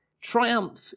triumph